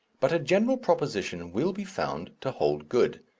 but a general proposition will be found to hold good.